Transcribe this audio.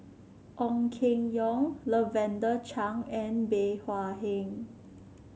Ong Keng Yong Lavender Chang and Bey Hua Heng